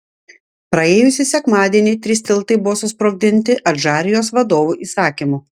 praėjusį sekmadienį trys tiltai buvo susprogdinti adžarijos vadovų įsakymu